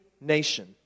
nation